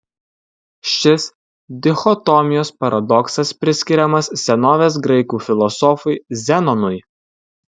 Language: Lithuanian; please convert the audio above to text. šis dichotomijos paradoksas priskiriamas senovės graikų filosofui zenonui